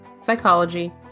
psychology